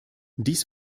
dies